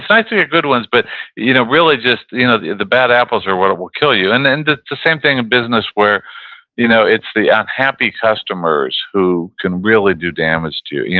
it's nice ah to get good ones, but you know really just you know the the bad apples are what will kill you. and and the the same thing in business where you know it's the unhappy customers who can really do damage to you.